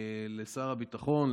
לשר הביטחון,